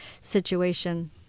situation